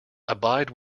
abide